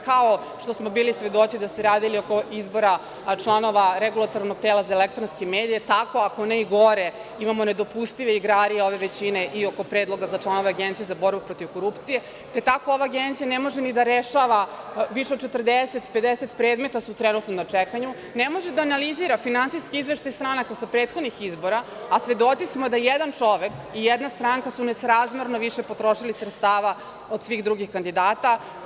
Kao što smo bili svedoci da ste radili oko izbora članova regulatornog tela za elektronske medije, tako, ako ne i gore, imamo nedopustive igrarije ove većine i oko predloga za članove Agencije za borbu protiv korupcije, te tako ova Agencija ne može ni da rešava, više od 40, 50, predloga su trenutno na čekanju, ne može da analizira finansijski izveštaj stranaka sa prethodnih izbora, a svedoci smo da jedan čovek i jedna stranka su nesrazmerno više potrošili sredstava od svih drugih kandidata.